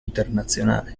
internazionale